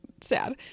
sad